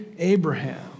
Abraham